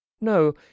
no